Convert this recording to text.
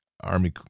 army